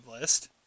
list